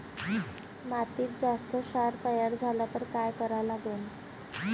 मातीत जास्त क्षार तयार झाला तर काय करा लागन?